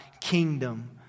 kingdom